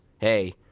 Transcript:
hey